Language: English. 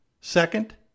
Second